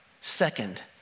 Second